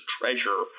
treasure